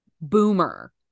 boomer